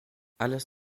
alles